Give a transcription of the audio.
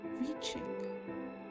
reaching